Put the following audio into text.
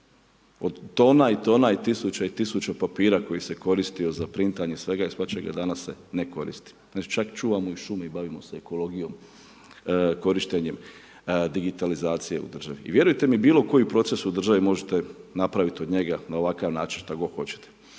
Od tona i tona, tisuće i tisuće papira, koji se koristio za printanje i svega i svačega, danas ne koristi. Čak čuvamo i šume, bavimo se ekologijom, korištenjem digitalizacije u državi. I vjerujte mi bilo koji proces u državi možete napraviti od njega, na ovakav način, kako god hoćete.